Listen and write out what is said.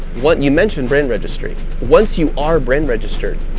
what you mentioned, brand registry, once you are brand registered,